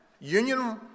Union